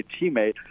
teammate